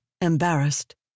embarrassed